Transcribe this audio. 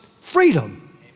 freedom